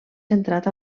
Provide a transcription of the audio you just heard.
centrat